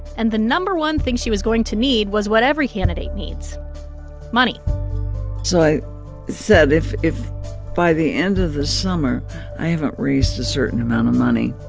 and the no. one thing she was going to need was what every candidate needs money so i said, if if by the end of the summer i haven't raised a certain amount of money